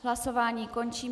Hlasování končím.